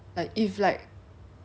and like not everyone is like that right